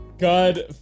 God